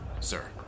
sir